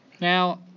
Now